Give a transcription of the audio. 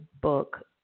book